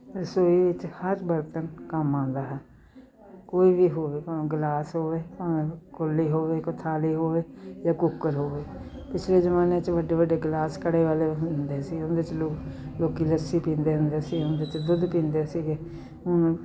ਰਸੋਈ ਵਿੱਚ ਹਰ ਬਰਤਨ ਕੰਮ ਆਉਂਦਾ ਹੈ ਕੋਈ ਵੀ ਹੋਵੇ ਭਾਵੇਂ ਗਲਾਸ ਹੋਵੇ ਭਾਵੇਂ ਕੋਲੀ ਹੋਵੇ ਕੋਈ ਥਾਲੀ ਹੋਵੇ ਜਾਂ ਕੁੱਕਰ ਹੋਵੇ ਪਿਛਲੇ ਜ਼ਮਾਨੇ 'ਚ ਵੱਡੇ ਵੱਡੇ ਗਲਾਸ ਕੜੇ ਵਾਲੇ ਹੁੰਦੇ ਸੀ ਉਹਦੇ 'ਚ ਲੋ ਲੋਕੀ ਲੱਸੀ ਪੀਂਦੇ ਹੁੰਦੇ ਸੀ ਅਤੇ ਦੁੱਧ ਪੀਂਦੇ ਸੀਗੇ ਹੁਣ